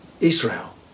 Israel